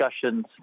discussions